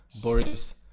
Boris